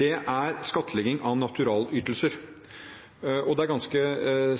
nå er skattlegging av naturalytelser. Det er ganske